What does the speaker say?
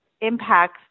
impacts